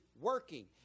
working